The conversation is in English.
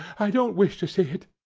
i don't wish to see it.